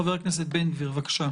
חבר הכנסת בן גביר בבקשה.